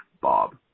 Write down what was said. Bob